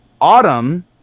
Autumn